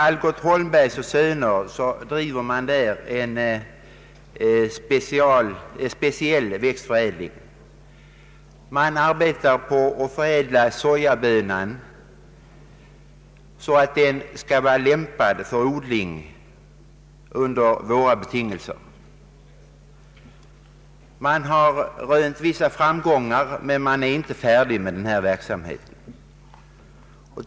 Algot Holmberg & söner bedriver en speciell växtförädling. Företaget arbetar på att förädla sojabönan så att den skall bli lämpad för odling under de betingelser som råder i vårt land. Man har nått vissa framgångar, men man är inte färdig med arbetet.